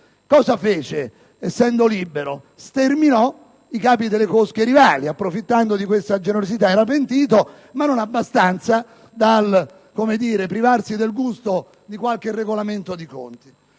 Maggio, essendo libero? Sterminò i capi delle cosche rivali, approfittando di questa generosità. Era pentito, ma non abbastanza da privarsi del gusto di qualche regolamento di conti.